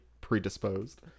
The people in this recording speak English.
predisposed